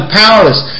powerless